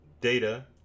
data